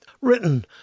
written